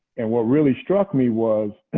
and what really struck me was,